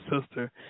sister